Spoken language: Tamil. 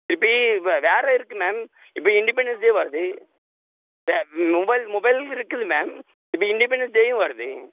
திருப்பி வே வேறு இருக்கு மேம் இப்போ இண்டிபெண்டன்ஸ் டே வருது வே மொபைல் மொபைல் இருக்குது மேம் இப்போ இண்டிபெண்டன்ஸ் டேயும் வருது